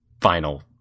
Final